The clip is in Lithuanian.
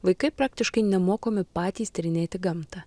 vaikai praktiškai nemokomi patys tyrinėti gamtą